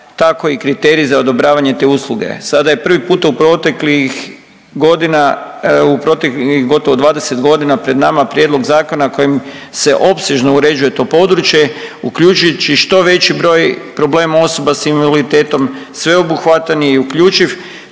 tako i kriterij za odobravanje te usluge. Sada je prvi put u proteklih godina, u proteklih gotovo 20 godina pred nama prijedlog zakona kojim se opsežno uređuje to područje, uključujući što veći broj problema osoba s invaliditetom, sveobuhvatan je i uključiv